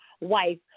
wife